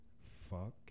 Fuck